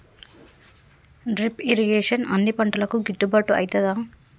Drip irrigation అన్ని పంటలకు గిట్టుబాటు ఐతదా?